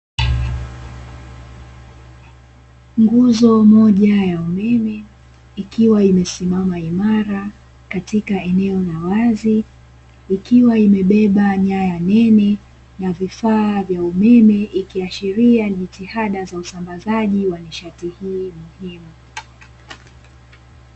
Nguzo moja ya umeme ikiwa imesimama imara, katika eneo la wazi ikiwa imebeba nyaya nene na vifaa vya umeme, ikiashiria jitihada za usambazaji wa nishati hii muhimu.